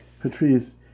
Patrice